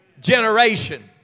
generation